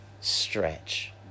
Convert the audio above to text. stretch